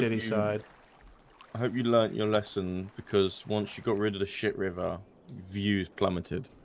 inside i hope you learned your lesson because once you got rid of the shit river views plummeted,